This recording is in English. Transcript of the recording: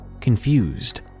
Confused